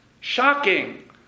Shocking